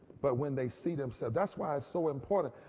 but when they see themselves that's why it is so important.